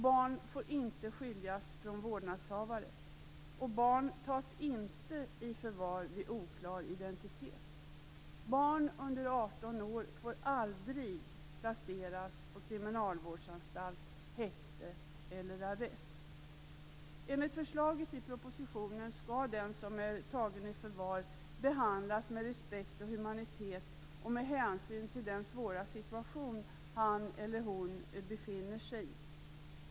Barn får inte skiljas från vårdnadshavare. Barn tas inte i förvar vid oklar identitet. Barn under 18 år får aldrig placeras på kriminalvårdsanstalt, i häkte eller arrest. Enligt förslaget i propositionen skall den som är tagen i förvar behandlas med respekt och humanitet och med hänsyn till den svåra situation som han eller hon befinner sig i.